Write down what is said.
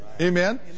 Amen